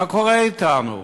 מה קורה אתנו?